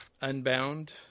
Unbound